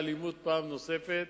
ינהג באלימות פעם נוספת,